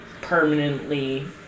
permanently